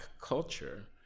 culture